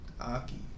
aki